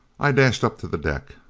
i dashed up to the deck.